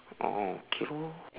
oh okay lor